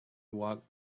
walked